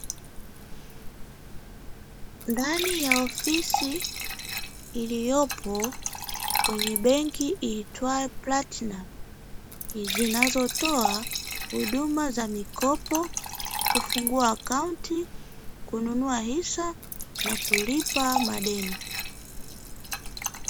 Ndani ya ofisi iliyopo kenye benki iitwayo "Platnum", zinazotoa huduma za mikopo, kufungua akaunti, kununua hisa na kulipa madeni.